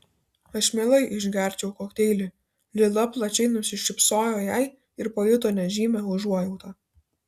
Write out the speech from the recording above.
aš mielai išgerčiau kokteilį lila plačiai nusišypsojo jai ir pajuto nežymią užuojautą